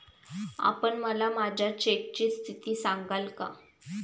आपण मला माझ्या चेकची स्थिती सांगाल का?